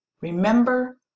Remember